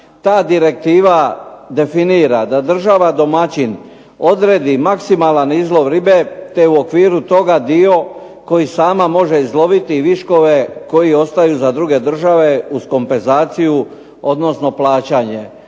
ta direktiva definira da država domaćin odredi maksimalan izlov ribe te u okviru toga dio koji sama može izloviti i viškove koje ostaju za druge države uz kompenzaciju, odnosno plaćanje.